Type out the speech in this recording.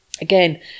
again